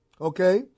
Okay